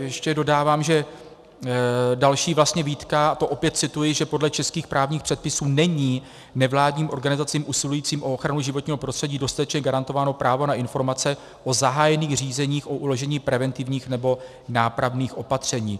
Ještě dodávám, další výtka opět cituji že podle českých právních předpisů není nevládním organizacím usilujícím o ochranu životního prostředí dostatečně garantováno právo na informace o zahájení řízení o uložení preventivních nebo nápravných opatření.